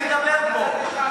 לטוב או לרע,